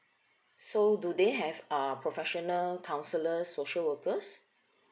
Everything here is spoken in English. so do they have uh professional counsellors social workers